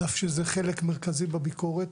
על-אף שזה חלק מרכזי בביקורת